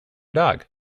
dog